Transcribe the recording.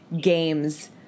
games